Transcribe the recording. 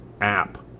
app